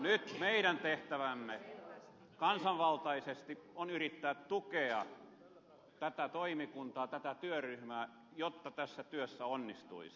nyt meidän tehtävämme kansanvaltaisesti on yrittää tukea tätä toimikuntaa tätä työryhmää jotta se tässä työssä onnistuisi